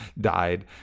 died